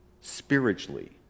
spiritually